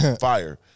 fire